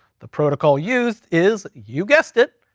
the protocol used is, you guessed it,